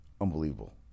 unbelievable